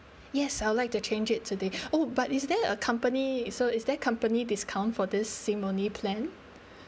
yes I would like to change it today oh but is there a company is so is there company discount for this SIM only plan